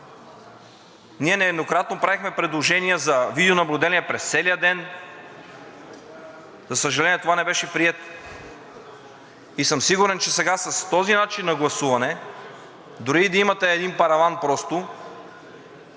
Ние нееднократно правихме предложения за видеонаблюдение през целия ден. За съжаление, това не беше прието. Сигурен съм, че сега с този начин на гласуване, дори и да имате един параван просто,